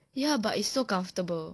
ya but it's so comfortable